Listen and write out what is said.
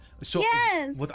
Yes